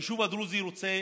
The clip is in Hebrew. היישוב הדרוזי רוצה